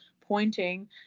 pointing